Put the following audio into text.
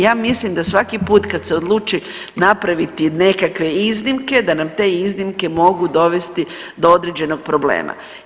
Ja, ja mislim da svaki put kad se odluči napraviti nekakve iznimke, da nam te iznimke mogu dovesti do određenog problema.